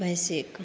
भैंसीके